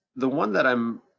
the one that i'm,